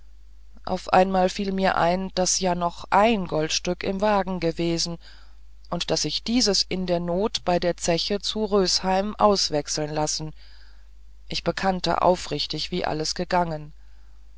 auf einmal fiel mir ein daß ja noch ein goldstück im wagen gewesen und daß ich dieses in der not bei der zeche zu rösheim auswechseln lassen ich bekannte aufrichtig wie alles gegangen